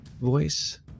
voice